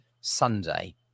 Sunday